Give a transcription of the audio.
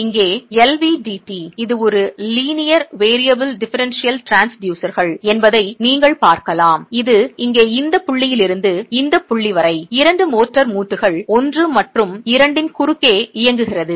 இங்கே LVDT இது ஒரு லீனியர் வேரியபிள் டிஃபெரன்ஷியல் டிரான்ஸ்யூசர்கள் என்பதை நீங்கள் பார்க்கலாம் இது இங்கே இந்த புள்ளியிலிருந்து இந்த புள்ளி வரை இரண்டு மோர்டார் மூட்டுகள் 1 மற்றும் 2 இன் குறுக்கே இயங்குகிறது